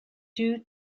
due